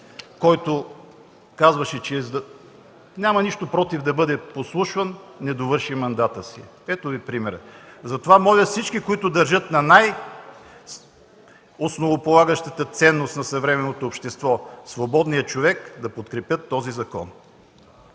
който казваше, че няма нищо против подслушването, не довърши мандата си. Ето Ви пример! Затова моля всички, които държат на най-основополагащата ценност на съвременното общество – свободният човек, да подкрепят този закон.